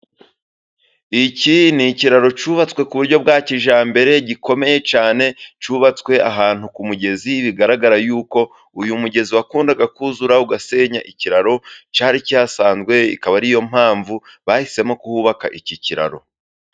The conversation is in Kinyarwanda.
Iki ni ikiraro cyubatswe ku buryo bwa kijyambere gikomeye cyane. Cyubatswe ahantu ku mugezi bigaragara yuko, uyu mugezi wakundaga kuzura ugasenya ikiraro cyari kihasanzwe. Ikaba ariyo mpamvu bahisemo kuhubaka iki kiraro.